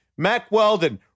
MacWeldon